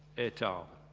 et al.